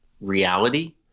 reality